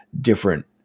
different